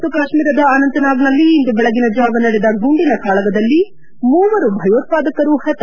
ಜಮ್ನು ಮತ್ತು ಕಾತ್ಮೀರದ ಅನಂತ್ನಾಗ್ನಲ್ಲಿ ಇಂದು ಬೆಳಗಿನ ಜಾವ ನಡೆದ ಗುಂಡಿನ ಕಾಳಗದಲ್ಲಿ ಮೂವರು ಭಯೋತ್ವಾದಕರು ಪತ